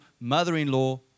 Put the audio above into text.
mother-in-law